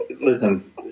listen